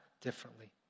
differently